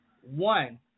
One